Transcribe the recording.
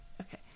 okay